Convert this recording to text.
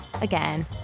again